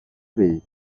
بدید